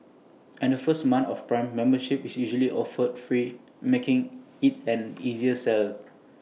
and the first month of prime membership is usually offered free making IT an easier sell